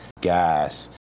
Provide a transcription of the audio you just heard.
gas